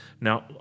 Now